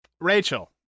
Rachel